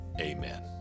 amen